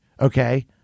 Okay